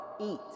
eat